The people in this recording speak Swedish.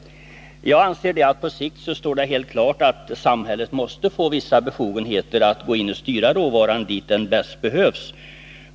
Jag anser att det på sikt står helt klart att samhället måste få vissa befogenheter att gå in och styra råvaran dit där den bäst behövs.